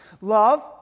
Love